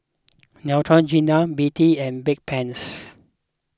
Neutrogena B D and Bedpans